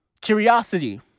curiosity